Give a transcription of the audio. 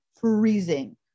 freezing